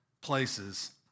places